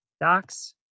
Docs